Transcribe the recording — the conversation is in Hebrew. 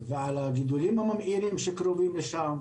ועל הגידולים הממאירים שקרובים לשם,